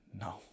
No